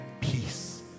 peace